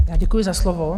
Děkuji za slovo.